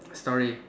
story